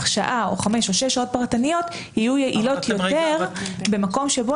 שעה או 5 או 6 שעות פרטניות יהיו יותר במקום שבו